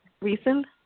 recent